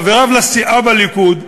חבריו לסיעה בליכוד.